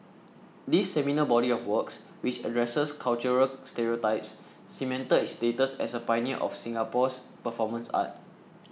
this seminal body of works which addresses cultural stereotypes cemented his status as a pioneer of Singapore's performance art